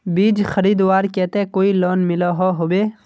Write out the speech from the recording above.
बीज खरीदवार केते कोई लोन मिलोहो होबे?